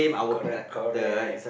correct correct